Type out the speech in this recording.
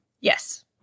Yes